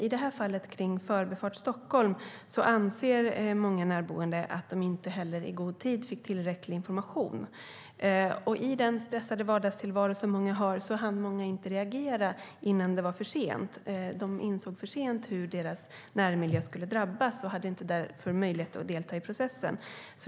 I detta fall, med Förbifart Stockholm, anser många närboende att de inte fick tillräcklig information i god tid. I den stressade vardagstillvaro som många har hann de inte reagera innan det var för sent. De insåg för sent hur deras närmiljö skulle drabbas och hade därför inte möjlighet att delta i processen.